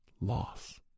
loss